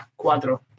cuatro